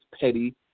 petty